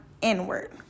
inward